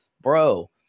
bro